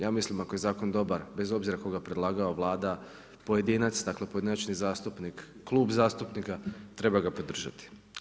Ja mislim, ako je zakon dobar, bez obzira tko ga predlagao, Vlada, pojedinac, dakle, pojedinačni zastupnik, Klub zastupnika, treba ga podržati.